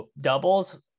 doubles